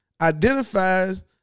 identifies